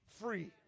free